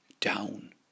down